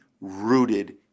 rooted